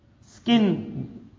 skin